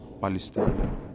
Palestine